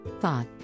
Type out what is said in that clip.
thought